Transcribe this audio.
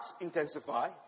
intensify